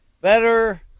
better